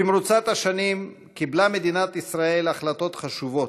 במרוצת השנים קיבלה מדינת ישראל החלטות חשובות,